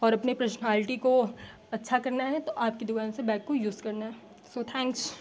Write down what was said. और अपने पर्शनालटी को अच्छा करना है तो आपकी दुकान से बैग को यूज़ करना है सो थैंक्स